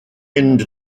mynd